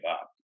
up